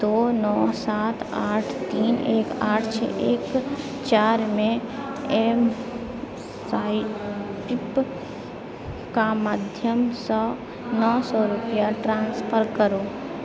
दो नओ सात आठ तीन एक आठ छओ एक चारि मे एमस्वाइपके माध्यमसँ नओ सए रुपैआ ट्रांसफर करू